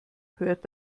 hört